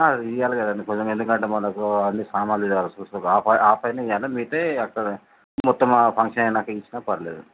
ఇవ్వాలి కదండి కొంచెం ఎందుకంటే మనకు అన్ని సామాన్లు ఇవ్వాల్సొస్తుంది ఆ పై ఆ పైన ఏవన్నా మిగిలితే ఆ మొత్తము ఫంక్షన్ అయినాక ఇచ్చిన పర్లేదు